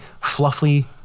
fluffy